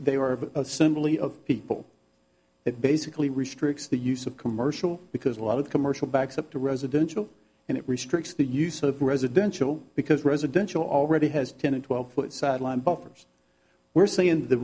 they were assembly of people it basically restricts the use of commercial because a lot of commercial backs up to residential and it restricts the use of residential because residential already has ten or twelve foot sideline buffers we're seeing the